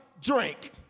drink